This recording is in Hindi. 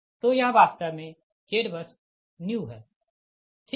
तो यह वास्तव मे ZBUSNEW है